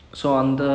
mm